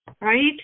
right